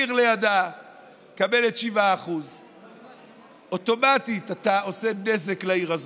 עיר לידה מקבלת 7%. אוטומטית אתה עושה נזק לעיר הזאת,